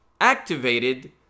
activated